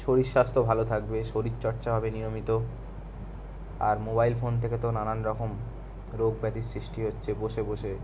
শরীর স্বাস্ত্য ভালো থাকবে শরীরচর্চা হবে নিয়মিত আর মোবাইল ফোন থেকে তো নানান রকম রোগ ব্যাধির সৃষ্টি হচ্ছে বসে বসে